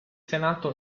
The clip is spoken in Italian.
senato